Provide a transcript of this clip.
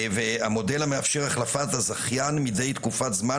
והמודל המאפשר החלפת הזכיין מידי תקופת זמן,